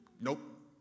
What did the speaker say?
Nope